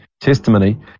testimony